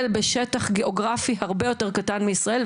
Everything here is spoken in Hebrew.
בשטח גיאוגרפי הרבה יותר קטן מישראל,